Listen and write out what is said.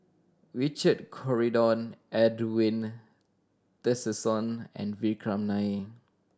Richard Corridon Edwin Tessensohn and Vikram Nair